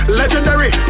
legendary